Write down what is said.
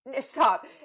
stop